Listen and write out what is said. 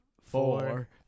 four